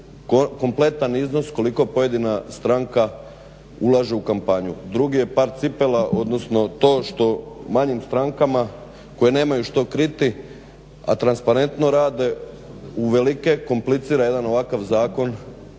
kompletan iznos koliko pojedina stranka ulaže u kampanju. Drugi je par cipela, odnosno to što manjim strankama koje nemaju što kriti, a transparentno rade uvelike komplicira jedan ovakav zakon